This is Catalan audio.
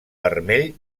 vermell